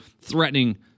threatening